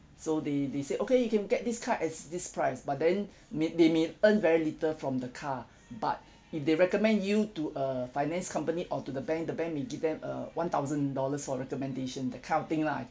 so they they say okay you can get this car at this price but then may they may earn very little from the car but if they recommend you to a finance company or to the bank the bank may give them uh one thousand dollars for recommendation that kind of thing lah